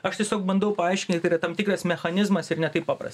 aš tiesiog bandau paaiškint ka yra tam tikras mechanizmas ir ne taip papras